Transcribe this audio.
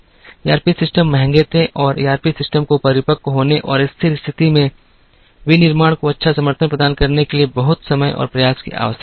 ERP system महंगे थे और ईआरपी सिस्टम को परिपक्व होने और स्थिर स्थिति में विनिर्माण को अच्छा समर्थन प्रदान करने के लिए बहुत समय और प्रयास की आवश्यकता थी